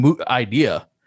idea